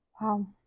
Wow